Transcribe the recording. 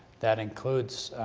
that includes,